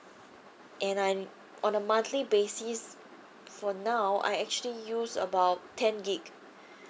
and I'm on a monthly basis for now I actually use about ten gig